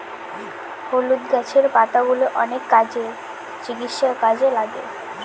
হলুদ গাছের পাতাগুলো অনেক কাজে, চিকিৎসার কাজে লাগে